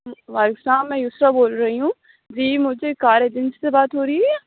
وعلیکم السّلام میں یسرا بول رہی ہوں جی مجھے کار ایجنسی سے بات ہو رہی ہے